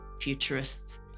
Futurists